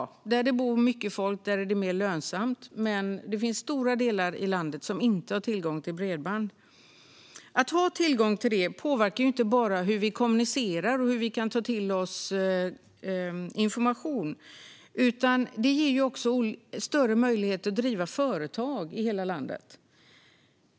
Där det bor mycket folk är det mer lönsamt, men det finns stora delar av landet som inte har tillgång till bredband. Att ha tillgång till bredband påverkar inte bara hur vi kommunicerar och hur vi kan ta till oss information, utan det ger också större möjlighet att driva företag i hela landet.